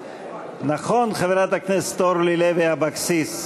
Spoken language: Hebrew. נכון, חברת הכנסת לוי אבקסיס?